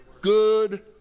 good